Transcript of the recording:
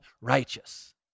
righteous